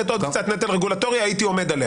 עוד קצת נטל רגולטורי הייתי עומד עליה.